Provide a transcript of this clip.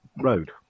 road